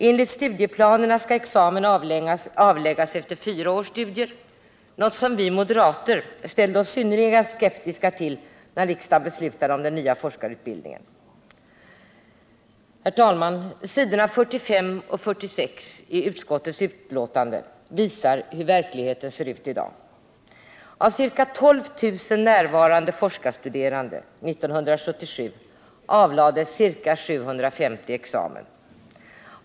Enligt studieplanerna skall examen avläggas efter 4 års studier, något som vi moderater ställde oss synnerligen skeptiska till när riksdagen beslutade om den nya forskarutbildningen. Herr talman! S. 45 och 46 i utskottets betänkande visar hur verkligheten ser ut. Av ca 12 000 närvarande forskarstuderande 1977 avlade ca 750 examen.